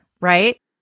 right